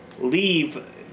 leave